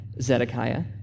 Zedekiah